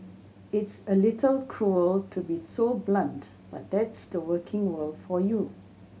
it's a little cruel to be so blunt but that's the working world for you